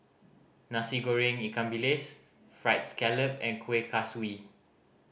Nasi Goreng ikan bilis Fried Scallop and Kueh Kaswi